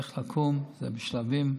זה בשלבים.